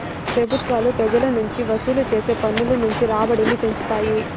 పెబుత్వాలు పెజల నుంచి వసూలు చేసే పన్నుల నుంచి రాబడిని పెంచుతాయి